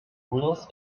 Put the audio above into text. wheels